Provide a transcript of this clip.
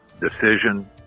decision